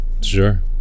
sure